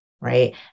Right